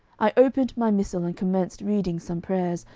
i opened my missal and commenced reading some prayers,